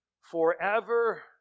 forever